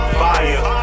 fire